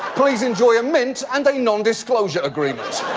please enjoy a mint, and a nondisclosure agreement.